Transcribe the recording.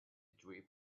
drip